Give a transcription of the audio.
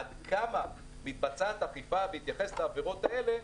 עד כמה מתבצעת אכיפה בהתייחס לעבירות האלה?